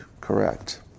correct